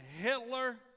Hitler